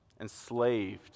enslaved